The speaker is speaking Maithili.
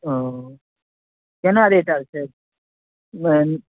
ओ केना रेट आर छै वएह